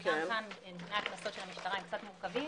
גם כאן נתוני הקנסות של המשטרה קצת מורכבים.